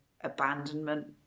abandonment